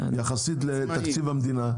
יחסית לתקציב המדינה?